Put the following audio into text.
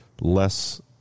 less